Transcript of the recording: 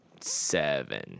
seven